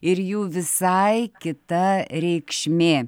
ir jų visai kita reikšmė